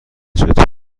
چطور